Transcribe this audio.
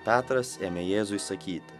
petras ėmė jėzui sakyti